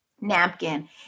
napkin